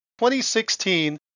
2016